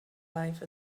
life